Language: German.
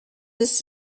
des